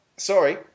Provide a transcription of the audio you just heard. Sorry